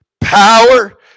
power